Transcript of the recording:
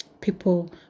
People